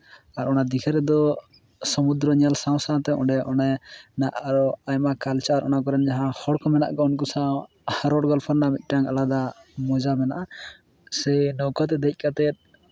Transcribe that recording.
ᱟᱨ ᱚᱱᱟ ᱫᱤᱜᱷᱟ ᱨᱮᱫᱚ ᱥᱚᱢᱩᱫᱨᱚ ᱧᱮᱞ ᱥᱟᱶ ᱥᱟᱶᱛᱮ ᱚᱱᱮ ᱚᱱᱮ ᱨᱮᱱᱟᱜ ᱟᱨᱚ ᱟᱭᱢᱟ ᱠᱟᱞᱪᱟᱨ ᱚᱱᱟ ᱠᱚᱨᱮᱱ ᱡᱟᱦᱟᱸ ᱦᱚᱲ ᱠᱚ ᱢᱮᱱᱟᱜ ᱠᱚᱣᱟ ᱩᱱᱠᱩ ᱥᱟᱶ ᱨᱚᱲ ᱜᱚᱞᱯᱚ ᱨᱮᱱᱟᱜ ᱢᱤᱫᱴᱟᱝ ᱟᱞᱟᱫᱟ ᱢᱚᱡᱟ ᱢᱮᱱᱟᱜᱼᱟ ᱥᱮ ᱱᱟᱹᱣᱠᱟᱹ ᱛᱮ ᱫᱮᱡ ᱠᱟᱛᱮ